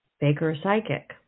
Baker-Psychic